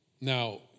Now